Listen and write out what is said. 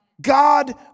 God